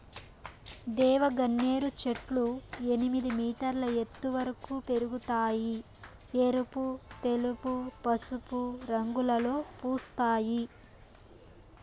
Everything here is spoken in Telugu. దేవగన్నేరు చెట్లు ఎనిమిది మీటర్ల ఎత్తు వరకు పెరగుతాయి, ఎరుపు, తెలుపు, పసుపు రంగులలో పూస్తాయి